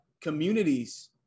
communities